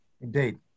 Indeed